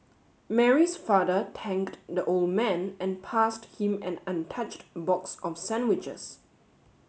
Mary's father thanked the old man and passed him an untouched box of sandwiches